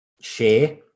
share